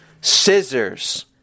Scissors